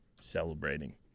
celebrating